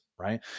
right